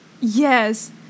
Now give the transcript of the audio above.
Yes